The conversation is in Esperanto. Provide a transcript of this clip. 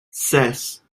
ses